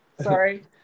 Sorry